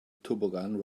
toboggan